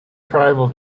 tribal